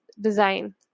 design